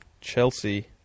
Chelsea